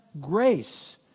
grace